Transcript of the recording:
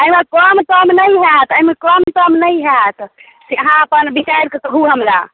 एहिमे कम सम नहि होएत एहिमे कम सम नहि होएत से अहाँ अपन बिचारि कऽ कहु हमरा